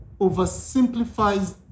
oversimplifies